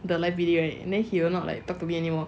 the live bidding right then he will not like talk to me anymore